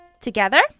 Together